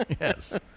Yes